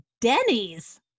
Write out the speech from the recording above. Denny's